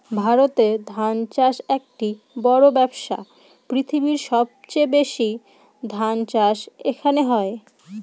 ভারতে ধান চাষ একটি বড়ো ব্যবসা, পৃথিবীর সবচেয়ে বেশি ধান চাষ এখানে হয়